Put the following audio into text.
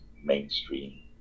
mainstream